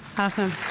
awesome.